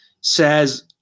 says –